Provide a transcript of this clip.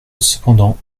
cependant